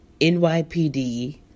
NYPD